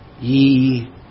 ye